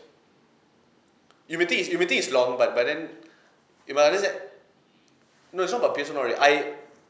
if you think if you think is long but but then you might as well say no it's not about P_S four already I